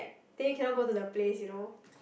then you cannot go to the place you know